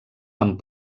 amb